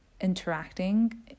interacting